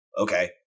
okay